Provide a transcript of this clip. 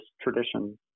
tradition